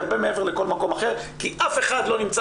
היא הרבה מעבר לכל מקום אחר כי אף אחד לא נמצא